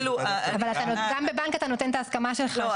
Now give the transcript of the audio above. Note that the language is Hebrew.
גם בבנק אתה נותן את ההסכמה שלך,